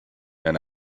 and